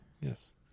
Yes